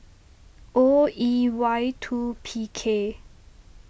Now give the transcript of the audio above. O E Y two P K